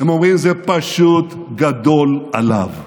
הם אומרים: זה פשוט גדול עליו.